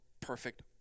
perfect